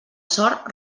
sort